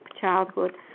childhood